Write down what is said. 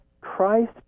Christ